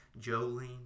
Jolene